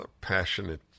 passionate